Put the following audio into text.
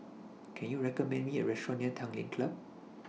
Can YOU recommend Me A Restaurant near Tanglin Club